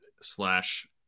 slash